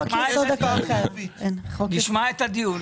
רק לטובה.